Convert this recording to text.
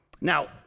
Now